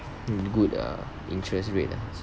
good uh interest rate ah